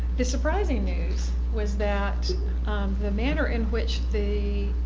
the surprising news was that the manner in which the,